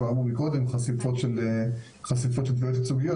כבר אמרו מקודם, חשיפות לתביעות ייצוגיות.